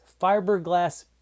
fiberglass